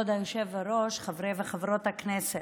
חברי וחברות הכנסת,